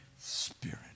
Spirit